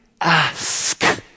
ask